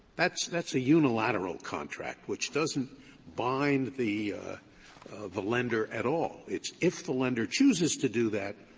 that's that's a unilateral contract, which doesn't bind the the lender at all. it's if the lender chooses to do that,